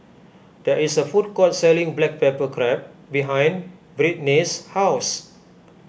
there is a food court selling Black Pepper Crab behind Brittnay's house